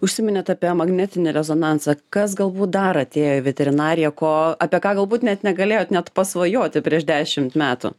užsiminėt apie magnetinį rezonansą kas galbūt dar atėjo į veterinariją ko apie ką galbūt net negalėjot net pasvajoti prieš dešimt metų